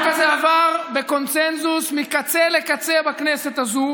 החוק הזה עבר בקונסנזוס מקצה לקצה בכנסת הזאת,